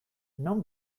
non